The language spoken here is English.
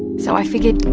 so, i figured,